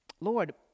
Lord